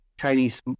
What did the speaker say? Chinese